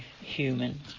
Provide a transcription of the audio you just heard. human